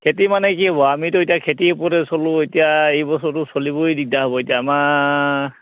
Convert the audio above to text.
খেতি মানে কি হ'ব আমিতো এতিয়া খেতিৰ ওপৰতে চলোঁ এতিয়া এইবছৰটো চলিবই দিগদাৰ হ'ব এতিয়া আমাৰ